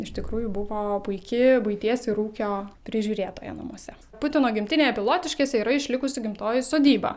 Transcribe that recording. iš tikrųjų buvo puiki buities ir ūkio prižiūrėtoja namuose putino gimtinėje pilotiškėse yra išlikusi gimtoji sodyba